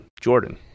Jordan